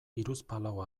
hiruzpalau